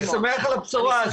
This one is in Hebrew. אני שמח על הבשורה.